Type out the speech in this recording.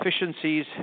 efficiencies